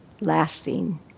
lasting